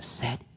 set